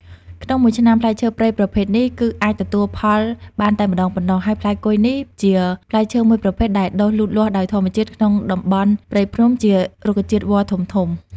ក្នុងមួយឆ្នាំផ្លែឈើព្រៃប្រភេទនេះ គឺអាចទទួលផលបានតែម្តងប៉ុណ្ណោះ ហើយផ្លែគុយនេះ ជាផ្លែឈើមួយប្រភេទដែលដុះលូតលាស់ដោយធម្មជាតិ ក្នុងតំបន់ព្រៃភ្នំ ជារុក្ខជាតិវល្លិធំៗ។